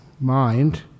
mind